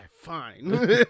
Fine